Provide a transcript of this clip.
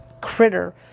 critter